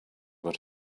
what